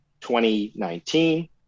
2019